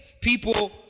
people